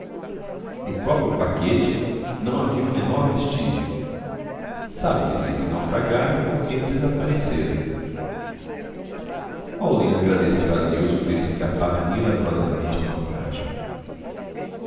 do próprio paquete não havia o menor vestígio sabia-se que naufragara porque desaparecera paulino agradeceu a deus o ter escapado milagrosamente ao naufrágio